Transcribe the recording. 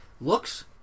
Looks